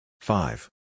Five